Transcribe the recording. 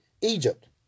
Egypt